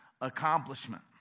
accomplishment